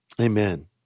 Amen